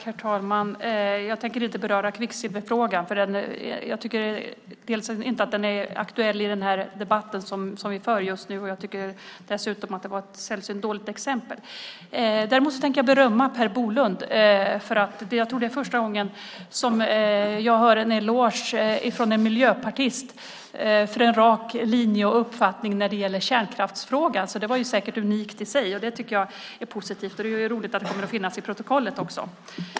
Herr talman! Jag tänker inte beröra kvicksilverfrågan, för jag tycker inte att den är aktuell i den debatt som vi för just nu. Jag tycker dessutom att det var ett sällsynt dåligt exempel. Däremot tänker jag berömma Per Bolund, för jag tror att det är första gången som jag hör en eloge från en miljöpartist för en rak linje och uppfattning i kärnkraftsfrågan. Det var säkert unikt i sig, och det tycker jag är positivt. Det är roligt att det kommer att finnas med i protokollet också.